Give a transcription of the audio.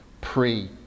pre